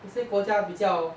有些国家比较